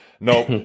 Nope